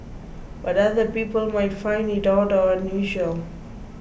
but other people might find it odd or unusual